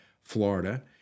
Florida